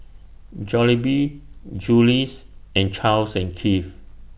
Jollibee Julie's and Charles and Keith